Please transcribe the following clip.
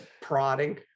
prodding